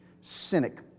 Cynic